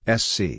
sc